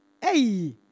Hey